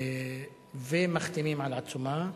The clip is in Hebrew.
ומחתימים על עצומה.